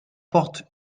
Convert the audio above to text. porte